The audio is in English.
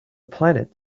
planet